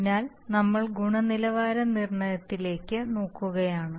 അതിനാൽ നമ്മൾ ഗുണനിലവാര നിർണ്ണയത്തിലേക്ക് നോക്കുകയാണ്